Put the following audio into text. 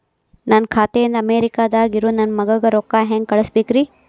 ನನ್ನ ಖಾತೆ ಇಂದ ಅಮೇರಿಕಾದಾಗ್ ಇರೋ ನನ್ನ ಮಗಗ ರೊಕ್ಕ ಹೆಂಗ್ ಕಳಸಬೇಕ್ರಿ?